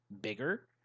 bigger